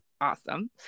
awesome